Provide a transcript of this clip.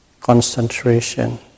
concentration